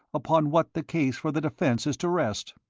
upon what the case for the defence is to rest.